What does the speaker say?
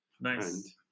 Nice